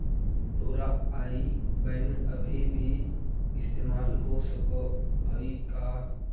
तोरा आई बैन अभी भी इस्तेमाल हो सकऽ हई का?